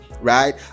right